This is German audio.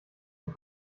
und